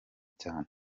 cyane